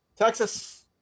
Texas